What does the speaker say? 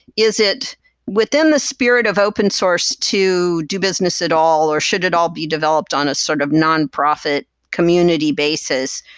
is it within the spirit of open source to do business at all, or should it all be developed on a sort of nonprofit community basis?